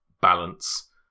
balance